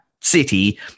city